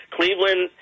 Cleveland